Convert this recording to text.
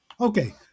Okay